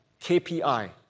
KPI